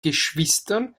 geschwistern